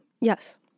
Yes